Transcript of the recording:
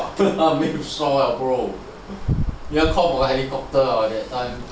没有 shore ah bro 要 call for helicopter ah that time